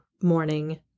morning